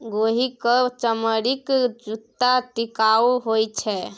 गोहि क चमड़ीक जूत्ता टिकाउ होए छै